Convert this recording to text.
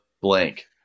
blank